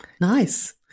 Nice